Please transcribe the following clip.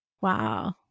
wow